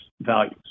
values